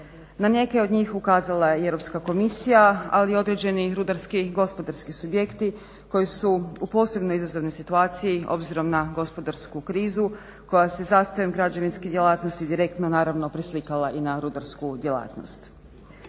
Na neke od njih ukazala je i Europska komisija, ali i određeni rudarski gospodarski subjekti koji su u posebno izazovnoj situaciji obzirom na gospodarsku krizu koja se zastojem građevinskih djelatnosti direktno naravno preslikala i na rudarsku djelatnost.